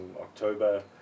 October